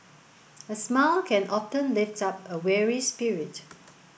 a smile can often lift up a weary spirit